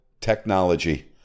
technology